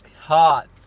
Hot